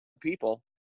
people